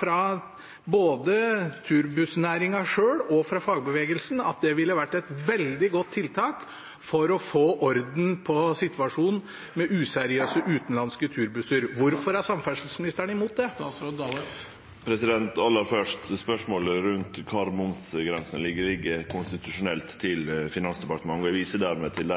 fra både turbussnæringen selv og fagbevegelsen om at det ville vært et veldig godt tiltak for å få orden på situasjonen med useriøse utenlandske turbusser. Hvorfor er samferdselsministeren imot det? Aller først: Spørsmålet rundt kvar momsgrensa ligg, ligg konstitusjonelt til Finansdepartementet, og eg viser dermed til